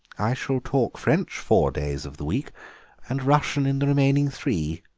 i shall talk french four days of the week and russian in the remaining three.